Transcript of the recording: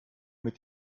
mit